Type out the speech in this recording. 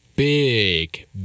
Big